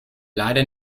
leider